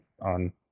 on